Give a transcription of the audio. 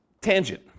tangent